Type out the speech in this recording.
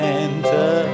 enter